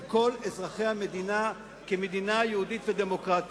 כל האזרחים למדינה כמדינה יהודית ודמוקרטית.